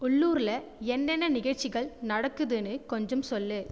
உள்ளூரில் என்னென்ன நிகழ்ச்சிகள் நடக்குதுன்னு கொஞ்சம் சொல்